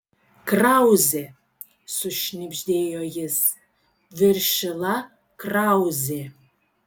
krauzė sušnibždėjo jis viršila krauzė